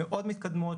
מאוד מתקדמות,